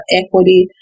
equity